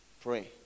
pray